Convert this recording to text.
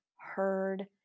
heard